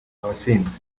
abasinzi